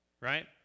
Right